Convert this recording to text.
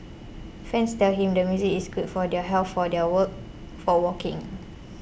fans tell him the music is good for their health for their work for walking